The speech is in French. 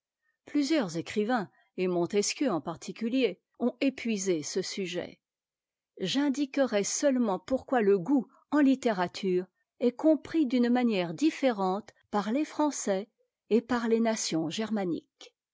plusieurs écrivains et montesquieu en particulier ont épuisé ce sujet j'indiquerai seulement pourquoi le goût en littérature est compris d'une manière différente par les français et par les nations germaniques